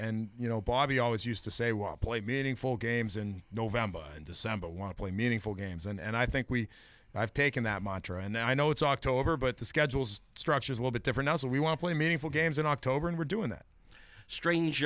and you know bobby always used to say well played meaningful games in november and december want to play meaningful games and i think we have taken that monitor and i know it's october but the schedules structures little bit different also we want to play meaningful games in october and we're doing that strange